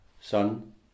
Son